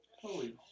Holy